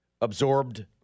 absorbed